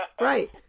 Right